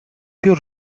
più